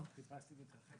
ויש